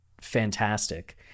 fantastic